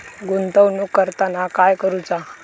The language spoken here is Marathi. गुंतवणूक करताना काय करुचा?